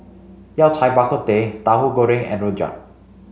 Yao Cai Bak Kut Teh Tauhu Goreng and Rojak